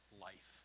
life